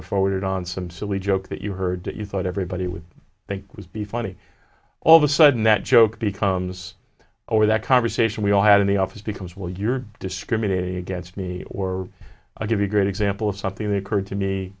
of forwarded on some silly joke that you heard that you thought everybody would think would be funny all of a sudden that joke becomes over that conversation we all had in the office because well you're discriminating against me or i give you a great example of something that occurred to me